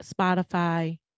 Spotify